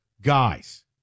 Guys